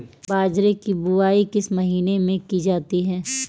बाजरे की बुवाई किस महीने में की जाती है?